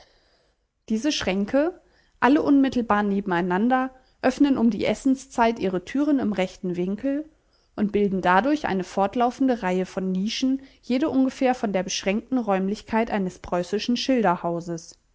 diese schränke alle unmittelbar nebeneinander öffnen um die essenszeit ihre türen im rechten winkel und bilden dadurch eine fortlaufende reihe von nischen jede ungefähr von der beschränkten räumlichkeit eines preußischen